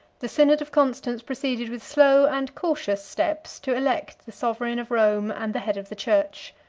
the synod of constance proceeded with slow and cautious steps to elect the sovereign of rome and the head of the church.